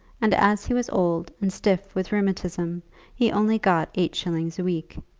and as he was old and stiff with rheumatism he only got eight shillings a week.